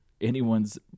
anyone's